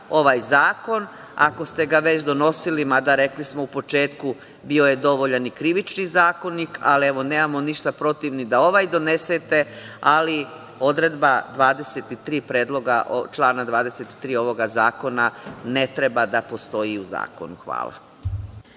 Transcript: ovaj zakon. Ako ste ga već donosili, mada rekli smo u početku da je bio dovoljan Krivični zakonik, ali nemamo ništa protiv da i ovaj donesete, ali odredba 23. Predloga ovog zakona ne treba da postoji u zakonu. Hvala.